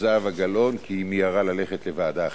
זהבה גלאון, כי היא מיהרה ללכת לוועדה אחרת,